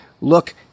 Look